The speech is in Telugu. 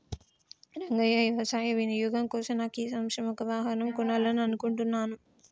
రంగయ్య వ్యవసాయ వినియోగం కోసం నాకు ఈ సంవత్సరం ఒక వాహనం కొనాలని అనుకుంటున్నాను